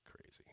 crazy